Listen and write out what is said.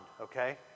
okay